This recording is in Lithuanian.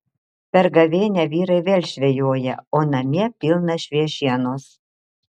per gavėnią vyrai vėl žvejoja o namie pilna šviežienos